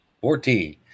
Fourteen